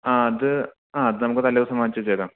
ആ അത് ആ അത് നമുക്ക് തലേദിവസം വാങ്ങിച്ച് വച്ചേക്കാം